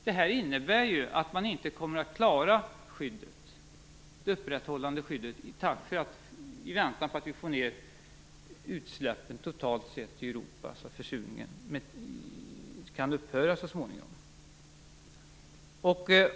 Det innebär att man inte kommer att klara att upprätthålla skyddet i väntan på att få ned utsläppen totalt sett i Europa så att försurningen kan upphöra så småningom.